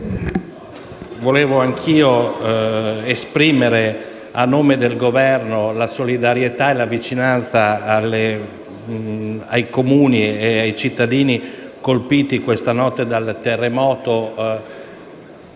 anche io, a nome del Governo, la solidarietà e la vicinanza ai Comuni e ai cittadini colpiti questa notte dal terremoto,